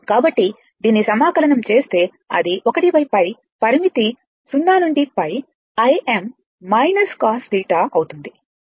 కాబట్టి దీన్ని సమాకలనం చేస్తే అది 1π పరిమితి 0 నుండి π Im cosθఅవుతుంది